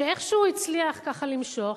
שאיכשהו הצליח ככה למשוך,